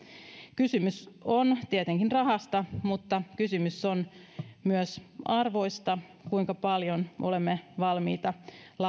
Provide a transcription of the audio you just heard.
kysymys on tietenkin rahasta mutta kysymys on myös arvoista kuinka paljon olemme valmiita